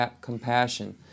compassion